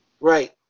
Right